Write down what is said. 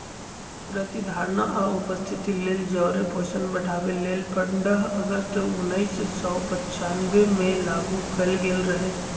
प्रतिधारणा आ उपस्थिति लेल जौरे पोषण बढ़ाबे लेल पंडह अगस्त उनइस सौ पञ्चानबेमें लागू कएल गेल रहै